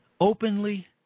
openly